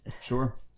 Sure